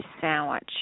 sandwich